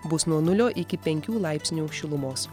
bus nuo nulio iki penkių laipsnių šilumos